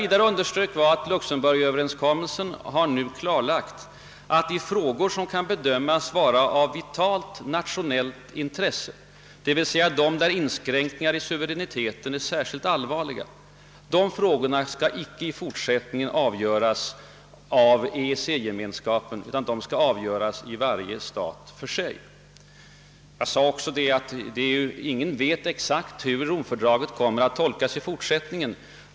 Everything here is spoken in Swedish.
Jag underströk vidare att Luxemburgöverenskommelsen nu tycks ha klarlagt att frågor som kan bedömas vara av »vitalt nationellt intresse», d. v. s. sådana där inskränkningar i suveräniteten är särskilt allvarliga, i fortsättningen icke kommer att avgöras av EEC-gemenskapen utan av varje stat för sig. Men jag tillade också att ingen vet exakt hur Romfördraget kommer att tolkas i fortsättningen.